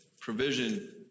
Provision